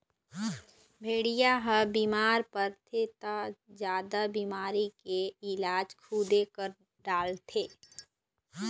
भेड़िया ह बिमार परथे त जादा बिमारी के इलाज खुदे कर डारथे